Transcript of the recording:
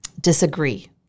disagree